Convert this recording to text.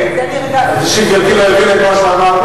גברתי לא הבינה את מה שאמרתי.